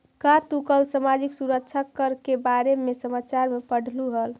का तू कल सामाजिक सुरक्षा कर के बारे में समाचार में पढ़लू हल